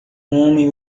homem